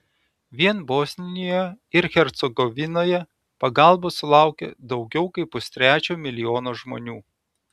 vien bosnijoje ir hercegovinoje pagalbos sulaukė daugiau kaip pustrečio milijono žmonių